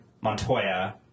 montoya